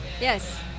Yes